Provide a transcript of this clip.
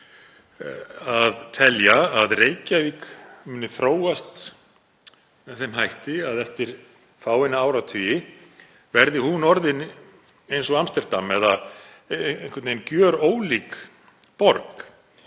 að telja að Reykjavík muni þróast með þeim hætti að eftir fáeina áratugi verði hún orðin eins og Amsterdam eða einhvern veginn gjörólík borg.